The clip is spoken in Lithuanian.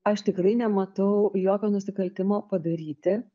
aš tikrai nematau jokio nusikaltimo padaryti